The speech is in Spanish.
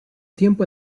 tiempo